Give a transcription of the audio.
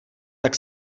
tak